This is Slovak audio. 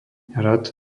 hrad